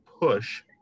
push